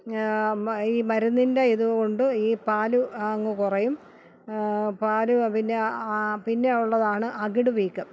ഈ മരുന്നിൻ്റെ ഇതുകൊണ്ട് ഈ പാൽ അങ്ങ് കുറയും പാല് പിന്നെ പിന്നെയുള്ളതാണ് അകിട് വീക്കം